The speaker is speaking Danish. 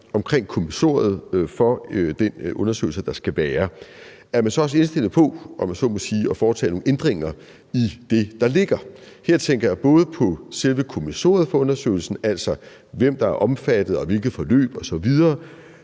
omkring kommissoriet for den undersøgelse, der skal være – og tak for det – så også, om man så må sige, er indstillet på at foretage nogle ændringer i det, der ligger. Her tænker jeg som det ene på selve kommissoriet for undersøgelsen, altså hvem der er omfattet og hvilke forløb osv.,